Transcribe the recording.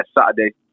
Saturday